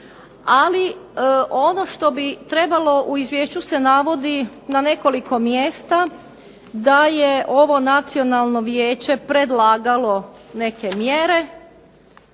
Ali ono što bi trebalo u izvješću se navodi na nekoliko mjesta da je ovo Nacionalno vijeće predlagalo neke mjere